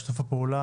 על שיתוף הפעולה,